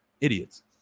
Idiots